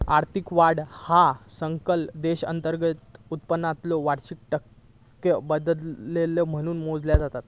आर्थिक वाढ ह्या सकल देशांतर्गत उत्पादनातलो वार्षिक टक्का बदल म्हणून मोजला जाता